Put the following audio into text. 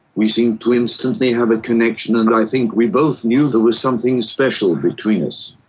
we seemed to instantly have a connection and i think we both knew there was something special between us.